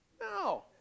No